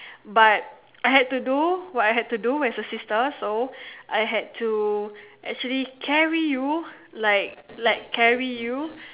but I had to do what I had to do as a sister so I had to actually carry you like like carry you